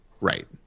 Right